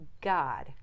God